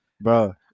bro